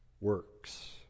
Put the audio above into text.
works